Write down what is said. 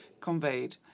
conveyed